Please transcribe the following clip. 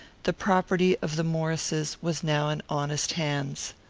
the property of the maurices was now in honest hands.